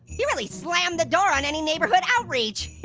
he really slammed the door on any neighborhood outreach.